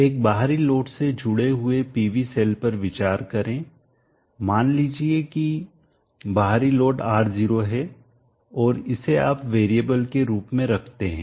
एक बाहरी लोड से जुड़े हुए PV सेल पर विचार करें मान लीजिए बाहरी लोड R0 है और इसे आप वेरिएबल चर के रूप में रखते हैं